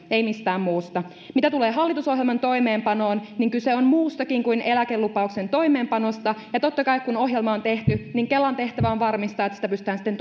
ei mistään muusta mitä tulee hallitusohjelman toimeenpanoon niin kyse on muustakin kuin eläkelupauksen toimeenpanosta ja totta kai kun ohjelma on tehty kelan tehtävä on varmistaa että sitä pystytään sitten